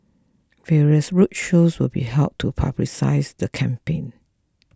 various roadshows will be held to publicise the campaign